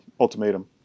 ultimatum